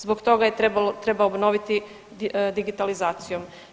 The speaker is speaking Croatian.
Zbog toga je treba obnoviti digitalizacijom.